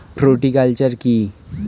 Fruticulture কী?